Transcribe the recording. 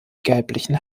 gelblichen